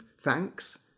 thanks